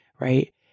right